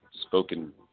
spoken